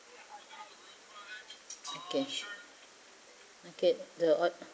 okay okay the order